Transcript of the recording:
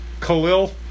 Khalil